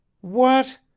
What